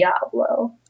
Diablo